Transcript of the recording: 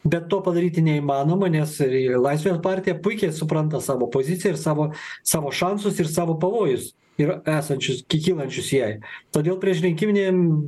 bet to padaryti neįmanoma nes ir ir laisvės partija puikiai supranta savo poziciją ir savo savo šansus ir savo pavojus ir esančius ki kylančius jai todėl priešrinkiminėm